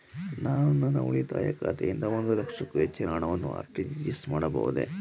ನಾನು ನನ್ನ ಉಳಿತಾಯ ಖಾತೆಯಿಂದ ಒಂದು ಲಕ್ಷಕ್ಕೂ ಹೆಚ್ಚಿನ ಹಣವನ್ನು ಆರ್.ಟಿ.ಜಿ.ಎಸ್ ಮಾಡಬಹುದೇ?